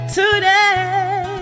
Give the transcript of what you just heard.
today